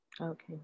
Okay